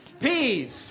Peace